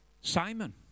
Simon